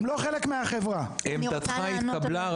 חבר הכנסת רביבו, עמדתך התקבלה.